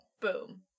Boom